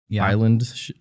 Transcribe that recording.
island